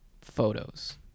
photos